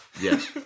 yes